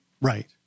right